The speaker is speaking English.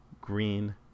green